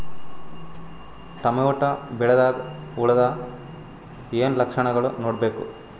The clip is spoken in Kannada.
ಟೊಮೇಟೊ ಬೆಳಿದಾಗ್ ಹುಳದ ಏನ್ ಲಕ್ಷಣಗಳು ನೋಡ್ಬೇಕು?